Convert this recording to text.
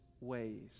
ways